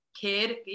kid